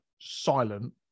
silent